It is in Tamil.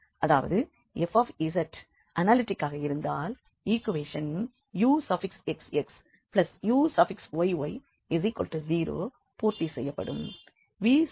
அதாவது f அனாலிட்டிக் ஆக இருந்தால் ஈக்குவேஷன் uxxuyy0 பூர்த்தி செய்யப்படும்